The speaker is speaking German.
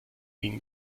ihnen